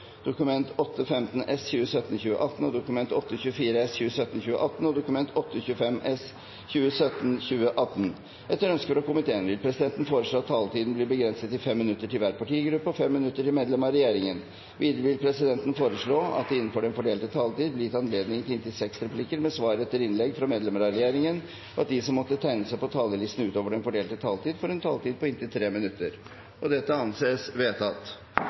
minutter til medlemmer av regjeringen. Videre vil presidenten foreslå at det – innenfor den fordelte taletid – blir gitt anledning til replikkordskifte med inntil seks replikker med svar etter innlegg fra medlemmer av regjeringen, og at de som måtte tegne seg på talerlisten utover den fordelte taletid, får en taletid på inntil 3 minutter. – Det anses vedtatt.